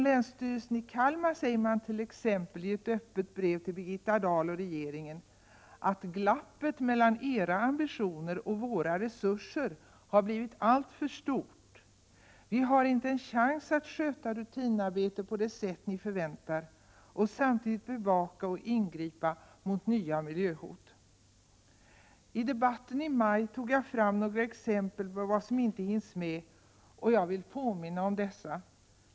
Länsstyrelsen i Kalmar säger t.ex. i ett öppet brev till Birgitta Dahl och regeringen att ”glappet mellan era ambitioner och våra resurser har blivit alltför stort ———. Vi har inte en chans att sköta rutinarbetet på det sätt Ni förväntar och samtidigt bevaka och ingripa mot nya miljöhot.” I debatten i maj tog jag fram några exempel på vad som inte hinns med, och jag vill påminna om dessa.